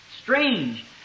Strange